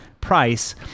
price